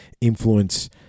influence